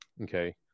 okay